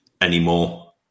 anymore